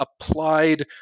applied